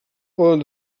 poden